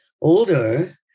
older